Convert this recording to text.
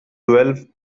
twelve